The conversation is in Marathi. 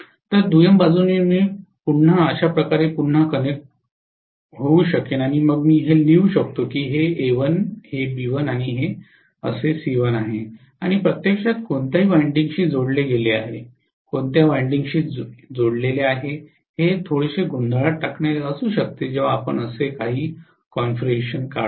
तर दुय्यम बाजूने मी पुन्हा अशा प्रकारे पुन्हा कनेक्ट होऊ शकेन आणि मग मी हे लिहू शकतो की हे हे आणि हे असे आणि प्रत्यक्षात कोणत्या वायडिंगशी जोडले गेले आहे कोणत्या वायडिंगशी जोडलेले आहे जे थोडेसे गोंधळात टाकणारे असू शकते जेव्हा आपण असे काहीसे कॉन्फिगरेशन काढतो